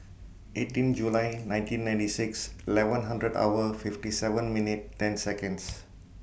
eighteen July nineteen ninety six eleven hundred hour fifty seven minute ten Seconds